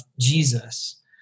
Jesus